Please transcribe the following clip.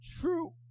true